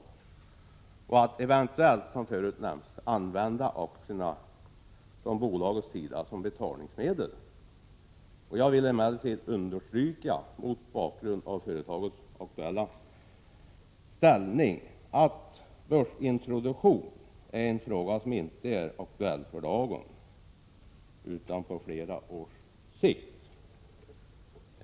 Eventuellt kan man också, som förut nämnts, använda aktierna från bolagets sida som betalningsmedel. Jag vill emellertid understryka, mot bakgrund av företagets aktuella ställning, att frågan om en börsintroduktion inte är aktuell för dagen utan måste ses på flera års sikt.